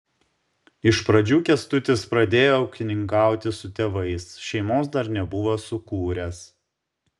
iš pradžių kęstutis pradėjo ūkininkauti su tėvais šeimos dar nebuvo sukūręs